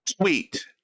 Tweet